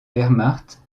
wehrmacht